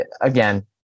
again